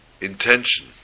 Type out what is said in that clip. intention